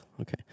okay